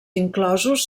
inclosos